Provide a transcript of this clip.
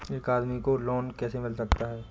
एक आदमी को लोन कैसे मिल सकता है?